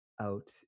out